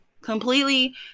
completely